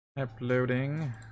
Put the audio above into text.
Uploading